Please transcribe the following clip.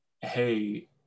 Hey